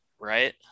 right